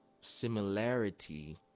similarity